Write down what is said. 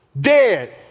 dead